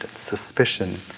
suspicion